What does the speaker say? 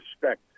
respect